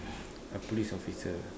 a police officer